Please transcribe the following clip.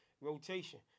rotation